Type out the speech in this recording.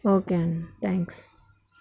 okay అన్న thanks